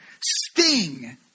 sting